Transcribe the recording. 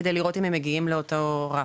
כדי לראות אם הם מגיעים לאותו רף,